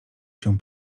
się